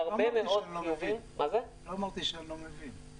לא אמרתי שאני לא מבין,